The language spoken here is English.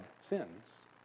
sins